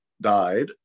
died